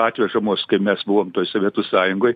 atvežamos kai mes buvom toj sovietų sąjungoj